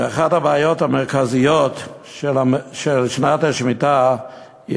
שאחת הבעיות המרכזיות של שנת השמיטה היא